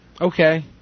Okay